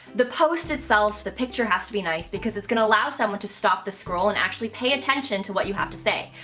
the post itself, the picture has to be nice, because it's going to allow someone to stop the scroll and actually pay attention to what you have to say.